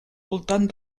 voltant